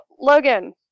Logan